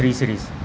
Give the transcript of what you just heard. three series